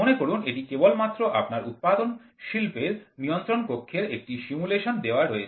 মনে করুন এটি কেবলমাত্র আপনার উৎপাদন শিল্পের নিয়ন্ত্রণ কক্ষের একটি সিমুলেশন দেওয়ার রয়েছে